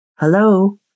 Hello